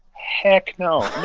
heck no.